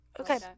Okay